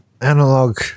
analog